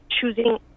choosing